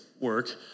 work